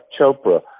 Chopra